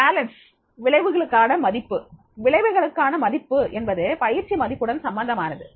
valence விளைவுகளுக்கான மதிப்பு விளைவுகளுக்கான மதிப்பு என்பது பயிற்சி மதிப்புடன் சம்பந்தமானது